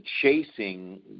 chasing